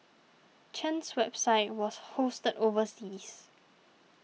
Chen's website was hosted overseas